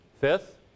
Fifth